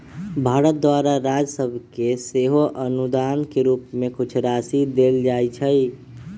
भारत द्वारा राज सभके सेहो अनुदान के रूप में कुछ राशि देल जाइ छइ